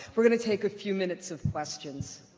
we're going to take a few minutes of questions.